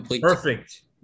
perfect